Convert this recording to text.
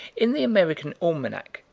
in the american almanac,